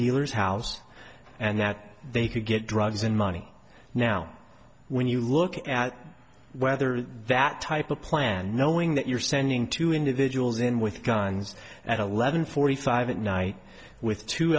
dealer's house and that they could get drugs and money now when you look at whether that type of plan knowing that you're sending two individuals in with guns at eleven forty five at night with two